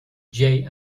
jay